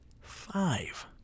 five